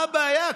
מה הבעיה?